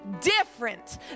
different